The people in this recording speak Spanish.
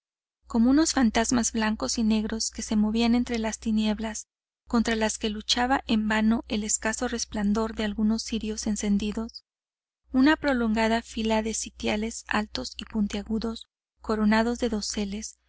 como unos fantasmas blancos y negros que se movían entre las tinieblas contra las que luchaba en vano el escaso resplandor de algunos cirios encendidos una prolongada fila de sitiales altos y puntiagudos coronados de doseles